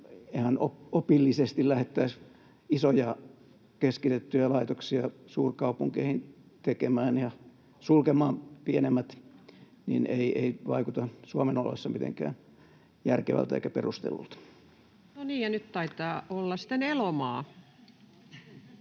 ihan opillisesti lähdettäisiin isoja, keskitettyjä laitoksia suurkaupunkeihin tekemään ja sulkemaan pienemmät, ei vaikuta Suomen oloissa mitenkään järkevältä eikä perustellulta. [Speech 402] Speaker: Ensimmäinen